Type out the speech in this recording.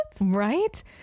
right